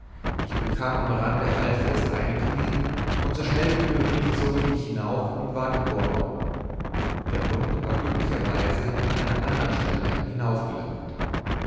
ich bekam am rande halt für das eine knie und so schnell wie möglich zog ich mich hinauf und war geborgen der hund war glücklicherweise an einer andern stelle